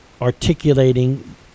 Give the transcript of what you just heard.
articulating